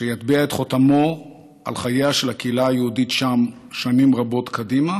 שיטביע את חותמו על חייה של הקהילה היהודית שם שנים רבות קדימה,